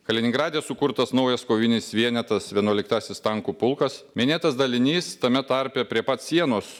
kaliningrade sukurtas naujas kovinis vienetas vienuoliktasis tankų pulkas minėtas dalinys tame tarpe prie pat sienos